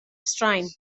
straen